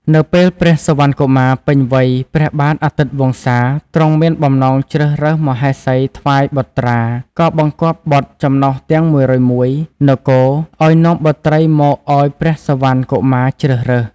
នៅពេលព្រះសុវណ្ណកុមារពេញវ័យព្រះបាទអាទិត្យវង្សាទ្រង់មានបំណងជ្រើសរើសមហេសីថ្វាយបុត្រា ក៏បង្គាប់ក្សត្រចំណុះទាំង ១០១ នគរ ឱ្យនាំបុត្រីមកឱ្យព្រះសុវណ្ណកុមារជ្រើសរើស។